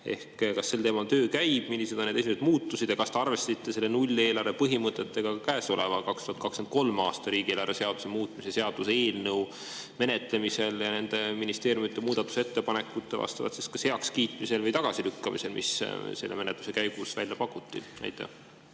Kas sel teemal töö käib? Millised on need esimesed muudatused? Ja kas te arvestasite selle nulleelarve põhimõtetega käesoleva, 2023 aasta riigieelarve seaduse muutmise seaduse eelnõu menetlemisel ja ministeeriumide muudatusettepanekute heakskiitmisel või tagasilükkamisel, mis selle menetluse käigus välja pakuti? Aitäh!